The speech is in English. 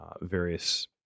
various